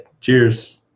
Cheers